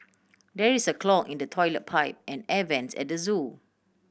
there is a clog in the toilet pipe and air vents at the zoo